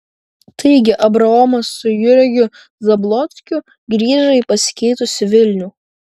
taigi abraomas su jurgiu zablockiu grįžo į pasikeitusį vilnių